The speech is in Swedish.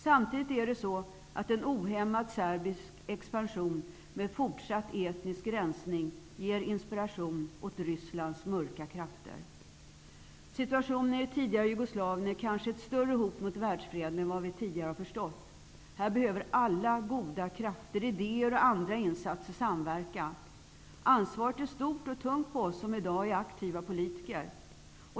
Samtidigt är det så att en ohämmad serbisk expansion med fortsatt etnisk rensning ger inspiration åt Rysslands mörka krafter. Situationen i det tidigare Jugoslavien är kanske ett större hot mot världsfreden än vad vi tidigare har förstått. Här behöver alla goda krafter, idéer och andra insatser samverka. Ansvaret är stort och tungt på oss som i dag är aktiva politiker.